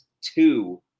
two